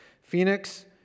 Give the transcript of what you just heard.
Phoenix